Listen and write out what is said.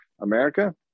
America